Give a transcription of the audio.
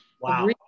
Wow